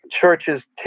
churches